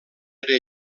era